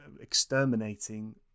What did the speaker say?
exterminating